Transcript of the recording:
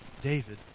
David